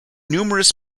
numerous